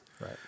Right